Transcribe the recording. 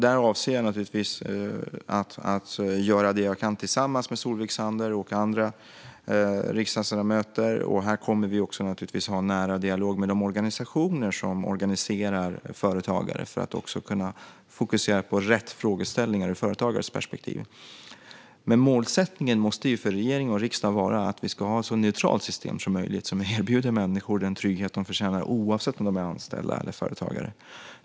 Där avser jag naturligtvis att göra vad jag kan tillsammans med Solveig Zander och andra riksdagsledamöter, och vi kommer också att ha en nära dialog med de organisationer som organiserar företagare för att kunna fokusera på rätt frågeställningar ur företagares perspektiv. Men målsättningen för regering och riksdag måste vara att vi ska ha ett så neutralt system som möjligt, som erbjuder människor den trygghet de förtjänar oavsett om de är anställda eller företagare.